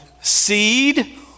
seed